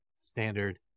Standard